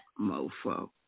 mofo